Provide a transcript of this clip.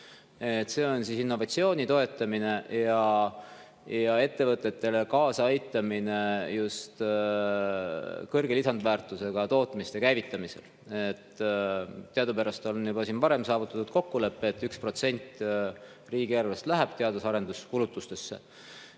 See on innovatsiooni toetamine ja ettevõtetele kaasaaitamine just kõrge lisandväärtusega tootmiste käivitamisel. Teadupärast on juba varem saavutatud kokkulepe, et 1% riigieelarvest läheb teadus- ja arenduskulutustesse.